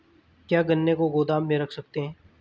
क्या गन्ने को गोदाम में रख सकते हैं?